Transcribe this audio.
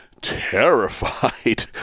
terrified